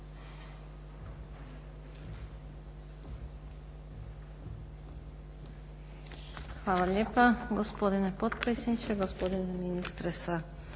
Hvala lijepa. Gospodine potpredsjedniče, gospodine ministre sa